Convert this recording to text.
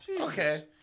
Okay